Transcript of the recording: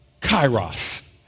kairos